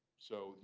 so,